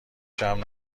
جمع